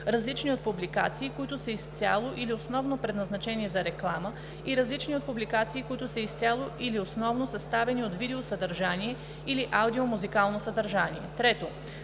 различни от публикации, които са изцяло или основно предназначени за реклама, и различни от публикации, които са изцяло или основно съставени от видео съдържание или аудио музикално съдържание; 3.